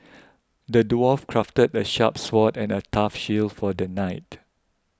the dwarf crafted a sharp sword and a tough shield for the knight